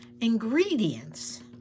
ingredients